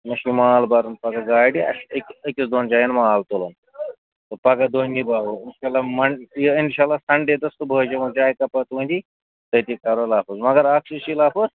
مےٚ چھُ مال بَرُن پَگاہ گاڑِ اَسہِ چھِ أکِس أکِس دۄن جایَن مال تُلُن تہٕ پگاہ دۄہ نِباوَو اِنشاء اللہ من یہِ اِنشاء اللہ سَنڈے دۄہ صُبحٲے یِمَو چاے کَپہ تُہنٛدِی تٔتی کَرو لفظ مگر اَکھ چیٖز چھی لفظ